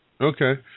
Okay